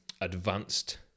advanced